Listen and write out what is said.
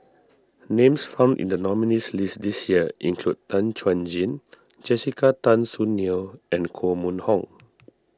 names found in the nominees' list this year include Tan Chuan Jin Jessica Tan Soon Neo and Koh Mun Hong